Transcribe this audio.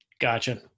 Gotcha